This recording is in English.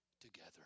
together